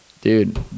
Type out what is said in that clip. dude